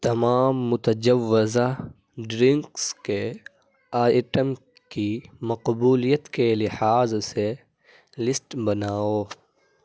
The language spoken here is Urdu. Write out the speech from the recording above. تمام متجوزہ ڈرنکس کے آئٹم کی مقبولیت کے لحاظ سے لسٹ بناؤ